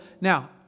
Now